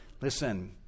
listen